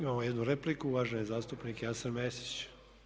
Imamo jednu repliku, uvaženi zastupnik Jasen Mesić.